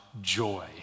joy